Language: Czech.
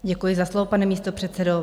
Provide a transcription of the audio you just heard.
Děkuji za slovo, pane místopředsedo.